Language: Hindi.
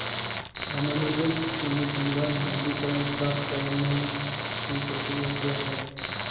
रामानुजन अनुसंधान निधीकरण प्राप्त करने की प्रक्रिया क्या है?